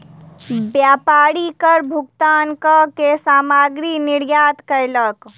व्यापारी कर भुगतान कअ के सामग्री निर्यात कयलक